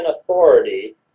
authority